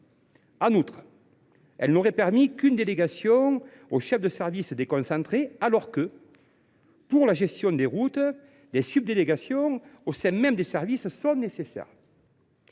En outre, le droit ne permet qu’une délégation aux chefs de services déconcentrés alors que, pour la gestion des routes, des subdélégations au sein même des services sont nécessaires.